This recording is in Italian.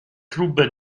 club